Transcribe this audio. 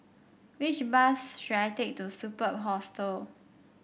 which bus should I take to Superb Hostel